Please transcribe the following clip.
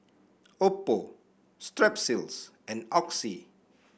Oppo Strepsils and Oxy